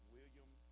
William